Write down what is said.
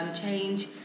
change